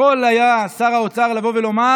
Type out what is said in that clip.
יכול היה שר האוצר לבוא ולומר: